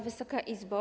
Wysoka Izbo!